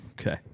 Okay